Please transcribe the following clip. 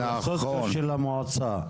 לסוציו של המועצה.